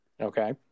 Okay